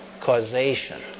causation